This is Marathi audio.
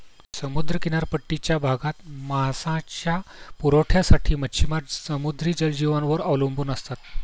समुद्र किनारपट्टीच्या भागात मांसाच्या पुरवठ्यासाठी मच्छिमार समुद्री जलजीवांवर अवलंबून असतात